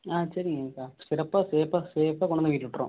on சரிங்கக்கா சிறப்பாக சேஃபாக சேஃபாக கொண்ணாந்து வீட்டில் விட்றோம்